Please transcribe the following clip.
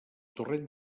torrent